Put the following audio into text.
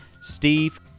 Steve